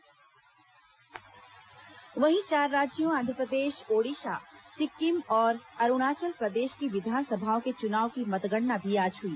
विधानसभा परिणाम वहीं चार राज्यों आंध्रप्रदेश ओडिशा सिक्किम और अरूणाचल प्रदेश की विधानसभाओं के चुनाव की मतगणना भी आज हुई